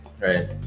Right